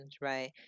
right